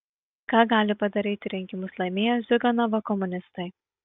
ką gali padaryti rinkimus laimėję ziuganovo komunistai